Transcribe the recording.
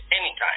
anytime